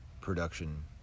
production